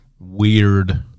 weird